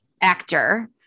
actor